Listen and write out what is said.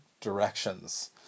directions